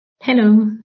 Hello